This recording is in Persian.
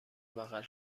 بغل